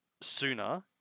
sooner